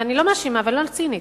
ואני לא מאשימה ואני לא צינית,